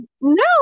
no